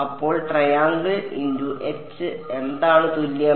അപ്പോൾ എന്താണ് തുല്യം